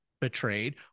betrayed